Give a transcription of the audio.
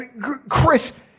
Chris